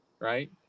Right